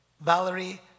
Valerie